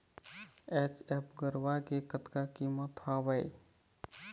HF गरवा के कतका कीमत हवए?